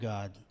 God